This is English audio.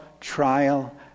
trial